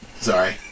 Sorry